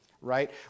right